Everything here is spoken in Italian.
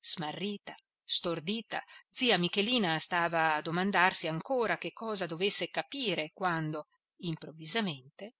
smarrita stordita zia michelina stava a domandarsi ancora che cosa dovesse capire quando improvvisamente